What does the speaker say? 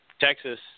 Texas